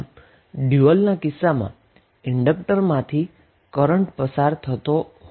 આમ ડયુઅલના કિસ્સામાં આ ઈન્ડક્ટરમાંથી પસાર થતો કરન્ટ હોવો જોઈએ